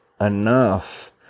enough